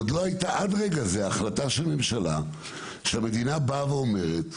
עד לרגע זה לא הייתה החלטה של הממשלה שהמדינה אומרת,